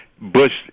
Bush